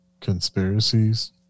conspiracies